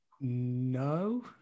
No